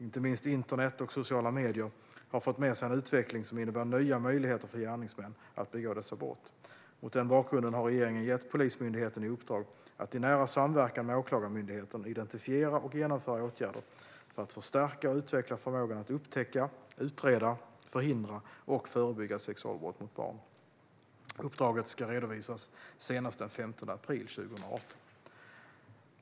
Inte minst internet och sociala medier har fört med sig en utveckling som innebär nya möjligheter för gärningsmän att begå dessa brott. Mot den bakgrunden har regeringen gett Polismyndigheten i uppdrag att i nära samverkan med Åklagarmyndigheten identifiera och genomföra åtgärder för att förstärka och utveckla förmågan att upptäcka, utreda, förhindra och förebygga sexualbrott mot barn. Uppdraget ska redovisas senast den 15 april 2018.